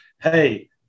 hey